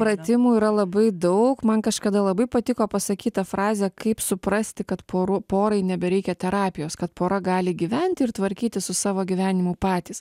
pratimų yra labai daug man kažkada labai patiko pasakyta frazė kaip suprasti kad porų porai nebereikia terapijos kad pora gali gyventi ir tvarkytis su savo gyvenimu patys